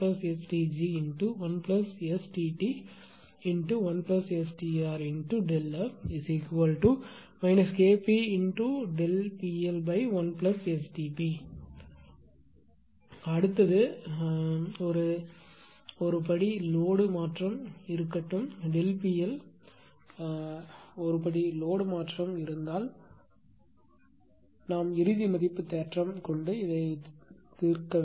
PL1STp அடுத்தது அப்படி அடுத்தது ஒரு படி லோடு மாற்றம் இருக்கட்டும் ΔP L ஒரு படி லோடு மாற்றம் இருந்தால் நாம் இறுதி மதிப்பு தேற்றம் பயன்படுத்தி தீர்க்க வேண்டும்